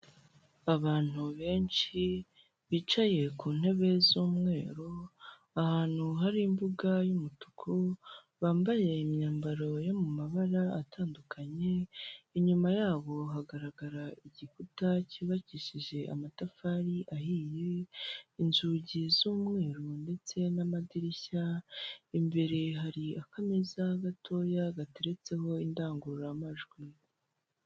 Abantu benshi bicaye ku ntebe z'umweru ahantu hari imbuga y'umutuku bambaye imyambaro yo mu mabara atandukanye, inyuma yabo hagaragara igikuta cyubakishije amatafari ahiye inzugi z'umweru ndetse n'amadirishya, imbere hari akameza gatoya gateretseho indangururamajwi.